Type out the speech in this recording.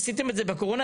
עשיתם את זה בקורונה,